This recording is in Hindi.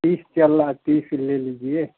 तीस चल रहा है तीस ले लीजिए